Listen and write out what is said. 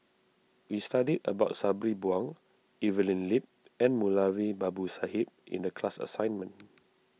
we studied about Sabri Buang Evelyn Lip and Moulavi Babu Sahib in the class assignment